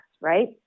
right